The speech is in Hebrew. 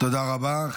תודה רבה.